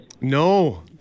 No